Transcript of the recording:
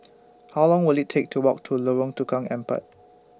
How Long Will IT Take to Walk to Lorong Tukang Empat